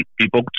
People